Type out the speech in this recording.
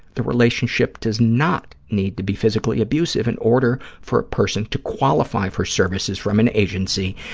the relationship does not need to be physically abusive in order for person to qualify for services from an agency,